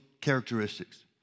characteristics